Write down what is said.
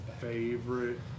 favorite